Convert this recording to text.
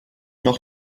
noch